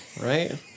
right